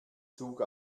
zug